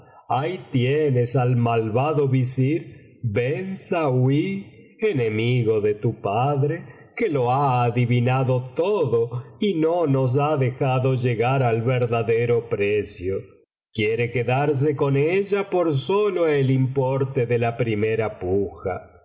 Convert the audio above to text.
ahí tienes al malvado visir ben saüí enemigo de tu padre que lo ha adivinado tocio y no nos ha dejado llegar al verdadero precio quiere quedarse con ella por solo el importe de la primera puja